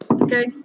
Okay